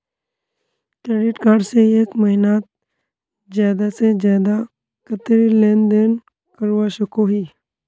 Credit card से एक महीनात ज्यादा से ज्यादा कतेरी लेन देन करवा सकोहो ही?